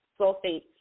sulfates